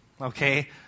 okay